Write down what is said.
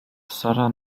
sara